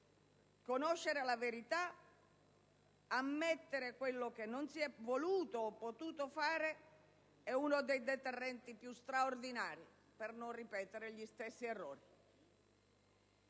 conoscere la verità, ammettere ciò che non si è voluto o potuto fare, è uno dei deterrenti più straordinari per non ripetere gli stessi errori.